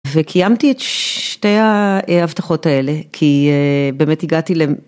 וקיימתי את שתי ההבטחות האלה כי באמת הגעתי.